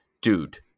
dude